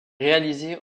réalisée